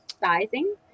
sizing